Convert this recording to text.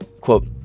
Quote